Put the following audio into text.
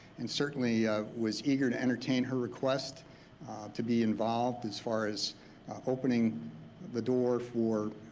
and certainly was eager to entertain her request to be involved as far as opening the door for